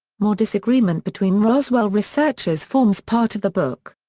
more disagreement between roswell researchers forms part of the book.